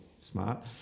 smart